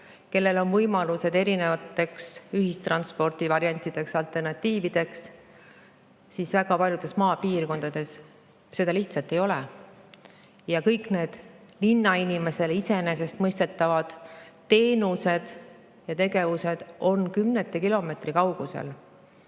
kellel on võimalused, erinevad ühistranspordivariandid ja alternatiivid, väga paljudes maapiirkondades neid lihtsalt ei ole. Ja kõik linnainimesele iseenesestmõistetavad teenused ja tegevused on kümnete kilomeetrite kaugusel.